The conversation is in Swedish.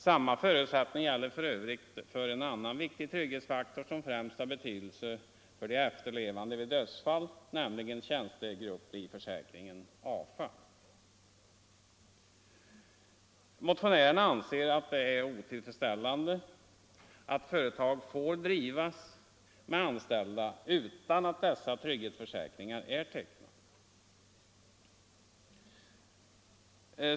Samma förutsättning gäller ju f. ö. för en annan viktig trygg hetsfaktor som främst har betydelse för de efterlevande vid dödsfall, nämligen tjänstegrupplivförsäkringen, AFA. Motionärerna anser att det är otillfredsställande att företag får drivas med anställda utan att dessa trygghetsförsäkringar är tecknade.